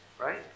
Right